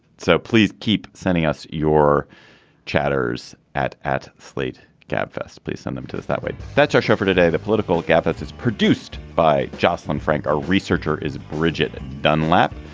so please keep sending us your chatters at at slate gab fest please send them to us that way that's our show for today. the political gaffe as it's produced by joslyn frank a researcher is bridget dunlap.